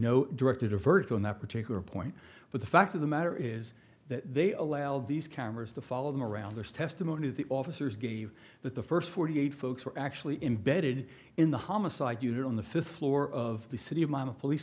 know directed a verdict on that particular point but the fact of the matter is that they allowed these cameras to follow them around there's testimony the officers gave that the first forty eight folks were actually embedded in the homicide unit on the fifth floor of the city of mine a police